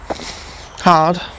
Hard